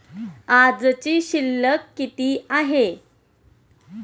आजची शिल्लक किती आहे?